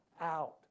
out